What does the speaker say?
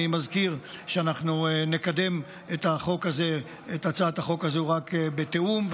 אני מזכיר שאנחנו נקדם את הצעת החוק הזו רק בתיאום,